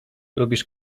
lubisz